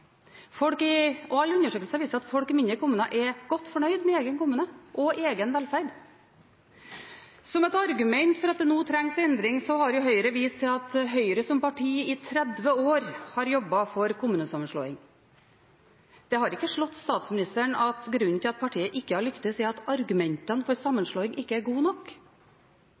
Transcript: viser at folk i mindre kommuner er godt fornøyd med egen kommune og egen velferd. Som et argument for at det nå trengs endring, har Høyre vist til at Høyre som parti i 30 år har jobbet for kommunesammenslåing. Det har ikke slått statsministeren at grunnen til at partiet ikke har lyktes, er at argumentene for sammenslåing ikke er gode nok?